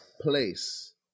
place